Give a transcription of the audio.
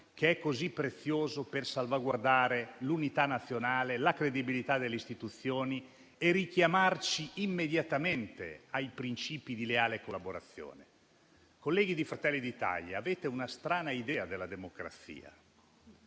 che è così prezioso per salvaguardare l'unità nazionale e la credibilità delle istituzioni, richiamandoci immediatamente ai principi di leale collaborazione. Onorevoli colleghi del Gruppo Fratelli d'Italia, avete una strana idea della democrazia.